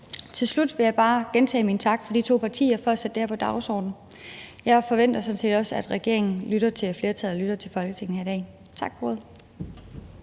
Til slut vil jeg bare gentage min tak til de to partier for at sætte det her på dagsordenen. Jeg forventer sådan set også, at regeringen lytter til flertallet i Folketinget her i dag. Tak for ordet.